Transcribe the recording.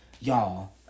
y'all